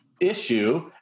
issue